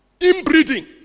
Inbreeding